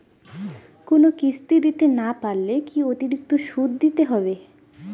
কোনো কিস্তি দিতে না পারলে কি অতিরিক্ত সুদ দিতে হবে?